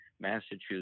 Massachusetts